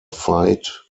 veit